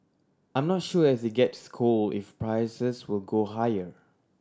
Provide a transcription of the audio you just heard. I'm not sure as it gets cold if prices will go higher